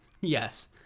Yes